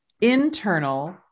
internal